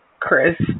Chris